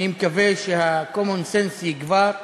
אני מקווה שה-common sense יגבר,